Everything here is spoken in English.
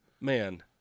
Man